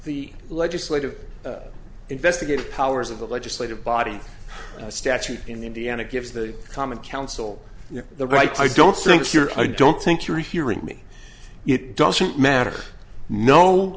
the legislative investigative powers of the legislative body statute in indiana gives the common council the right i don't think you're i don't think you're hearing me it doesn't matter no